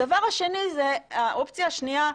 הדבר השני זה האופציה השנייה,